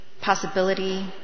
possibility